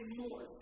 more